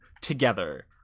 together